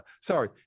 Sorry